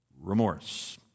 Remorse